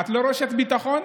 את לא רשת ביטחון,